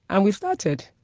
and we started.